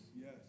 yes